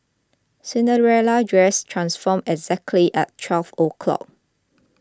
Cinderella's dress transformed exactly at twelve o' clock